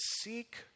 seek